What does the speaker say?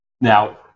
Now